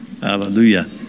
Hallelujah